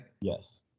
Yes